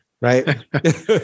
Right